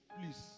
please